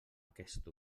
aquest